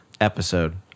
episode